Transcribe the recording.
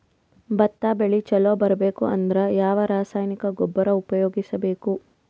ಭತ್ತ ಬೆಳಿ ಚಲೋ ಬರಬೇಕು ಅಂದ್ರ ಯಾವ ರಾಸಾಯನಿಕ ಗೊಬ್ಬರ ಉಪಯೋಗಿಸ ಬೇಕು?